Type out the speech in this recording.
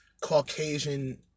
Caucasian